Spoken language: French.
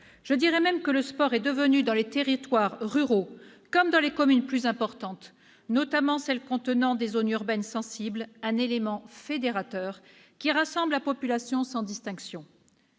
Je dirais même que le sport est devenu, dans les territoires ruraux, comme dans les communes plus importantes, notamment celles contenant des zones urbaines sensibles, un élément fédérateur qui rassemble la population sans distinction.